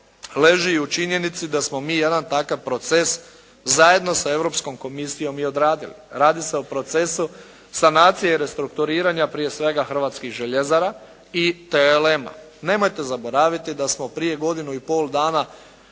leži i u činjenici da smo mi jedan takav proces zajedno sa Europskom komisijom i odradili. Radi se o procesu sanacije i restrukturiranja prije svega hrvatskih željezara i TLM-a. Nemojte zaboraviti da smo prije godinu i pol dana